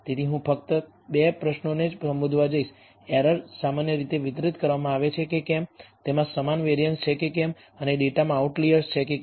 તેથી હું ફક્ત પ્રથમ 2 પ્રશ્નોને જ સંબોધવા જઈશ એરર સામાન્ય રીતે વિતરિત કરવામાં આવે છે કે કેમ તેમાં સમાન વેરિઅન્સ છે કે કેમ અને ડેટામાં આઉટલિઅર્સ છે કે કેમ